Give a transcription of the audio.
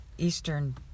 Eastern